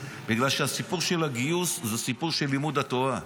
בגלל שהסיפור של הגיוס זה סיפור של לימוד התורה.